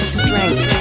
strength